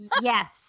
Yes